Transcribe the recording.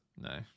no